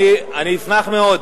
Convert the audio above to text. אני אשמח מאוד.